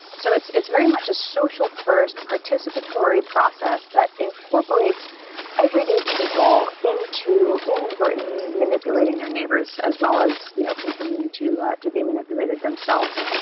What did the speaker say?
so it's it's very much a social, first participatory process that incorporates everyday people into inadvertently manipulating their neighbors as well as you know continuing to to be manipulated themselves.